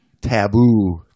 taboo